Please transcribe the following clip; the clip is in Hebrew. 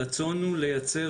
הרצון הוא לייצר